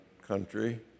country